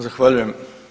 Zahvaljujem.